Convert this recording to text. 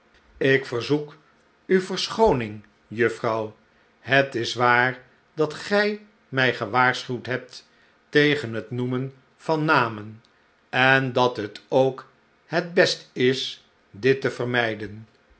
ik verzoek u verschooning juffrouw het is waar dat gij mi gewaarschuwd hebt tegen het noemen van namen en dat het ook het best is dit te vermijden